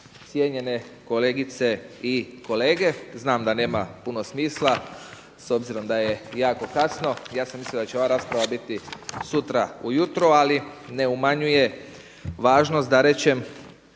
cijenjene kolegice i kolege. Znam da nema puno smisla s obzirom da je jako kasno. Ja sam mislio da će ova rasprava biti sutra ujutro, ali ne umanjuje važnost da rečem